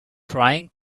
trying